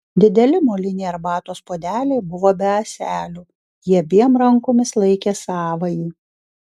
dideli moliniai arbatos puodeliai buvo be ąselių ji abiem rankomis laikė savąjį